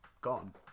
gone